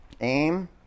Aim